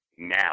now